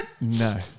no